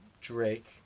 Drake